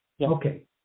Okay